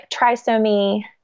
trisomy